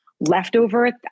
Leftover